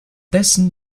dessen